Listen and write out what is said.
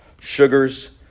sugars